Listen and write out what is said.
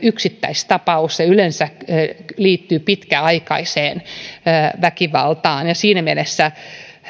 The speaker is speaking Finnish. yksittäistapaus se yleensä liittyy pitkäaikaiseen väkivaltaan ja siinä mielessä